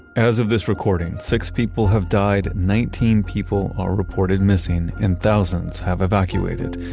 as of this recording, six people have died, nineteen people are reported missing, and thousands have evacuated.